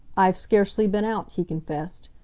i've scarcely been out, he confessed.